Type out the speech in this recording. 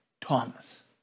Thomas